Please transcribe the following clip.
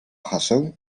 haseł